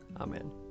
Amen